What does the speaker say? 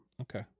Okay